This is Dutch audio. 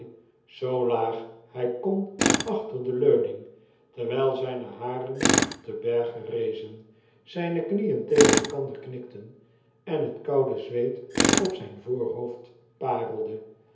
zoo laag hi kon achter de leuning terwijl zgne haren te berge rezen izgne knieen tegen elkander knikten en het koude zweet op zijn voorhoofd parelde